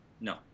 No